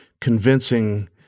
convincing